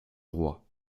roi